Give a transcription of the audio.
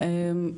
בספטמבר,